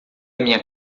minha